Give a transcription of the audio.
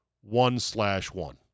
one-slash-one